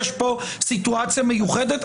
יש פה סיטואציה מיוחדת?